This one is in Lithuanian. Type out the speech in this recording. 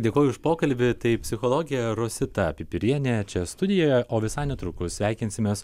dėkoju už pokalbį tai psichologė rosita pipirienė čia studijoje o visai netrukus sveikinsimės